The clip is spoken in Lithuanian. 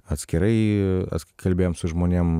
atskirai kalbėjom su žmonėm